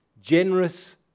generous